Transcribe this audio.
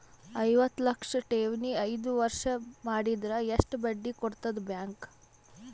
ಐವತ್ತು ಲಕ್ಷ ಠೇವಣಿ ಐದು ವರ್ಷ ಮಾಡಿದರ ಎಷ್ಟ ಬಡ್ಡಿ ಕೊಡತದ ಬ್ಯಾಂಕ್?